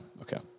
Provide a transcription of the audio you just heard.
okay